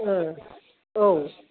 ए औ